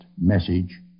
message